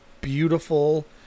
beautiful